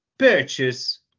Purchase